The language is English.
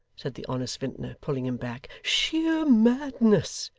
said the honest vintner, pulling him back, sheer madness.